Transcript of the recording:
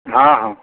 हँ हँ